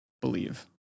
believe